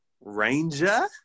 Ranger